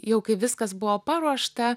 jau kai viskas buvo paruošta